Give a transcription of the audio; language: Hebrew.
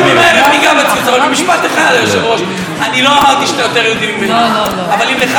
אורן אסף חזן (הליכוד): כי אם אתה היית מביא